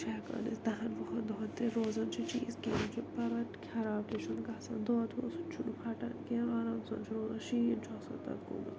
چھُ ہیٚکان أسۍ دَہَن وُہَن دۄہَن تہِ روزان چھُ چیٖز کِہیٖنٛۍ چھُ نہٕ پرواے خَراب تہِ چھُ نہٕ گَژھان دۄد وۄد تہِ چھُ نہٕ پھَٹان کیٚنٛہہ آرام سان چھُ روزان شیٖن چھُ آسان تتھ گوٚمُت